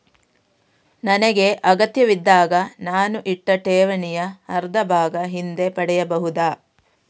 ನನಗೆ ಅಗತ್ಯವಿದ್ದಾಗ ನಾನು ಇಟ್ಟ ಠೇವಣಿಯ ಅರ್ಧಭಾಗ ಹಿಂದೆ ಪಡೆಯಬಹುದಾ?